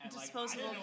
Disposable